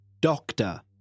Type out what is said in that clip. doctor